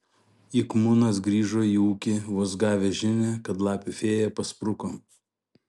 ik munas grįžo į ūkį vos gavęs žinią kad lapių fėja paspruko